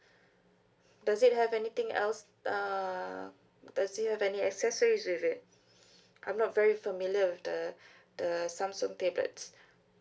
does it have anything else uh does it have any accessories with it I'm not very familiar with the the Samsung tablets